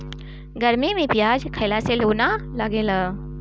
गरमी में पियाज खइला से लू ना लागेला